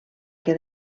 que